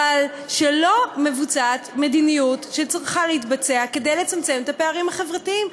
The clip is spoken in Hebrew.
אבל שלא מבוצעת מדיניות שצריכה להתבצע כדי לצמצם את הפערים החברתיים.